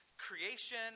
Creation